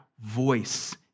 voice